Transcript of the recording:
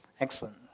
Excellent